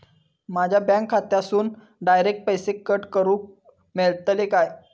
माझ्या बँक खात्यासून डायरेक्ट पैसे कट करूक मेलतले काय?